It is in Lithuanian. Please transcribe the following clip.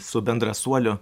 su bendrasuoliu